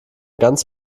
ganz